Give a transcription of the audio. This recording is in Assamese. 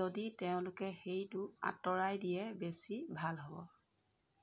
যদি তেওঁলোকে সেইটো আঁতৰাই দিয়ে বেছি ভাল হ'ব